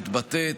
שמתבטאת